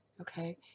okay